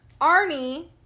Arnie